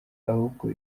ahubwo